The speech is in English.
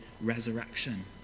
resurrection